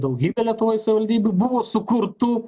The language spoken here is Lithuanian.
daugybė lietuvoj savivaldybių buvo sukurtų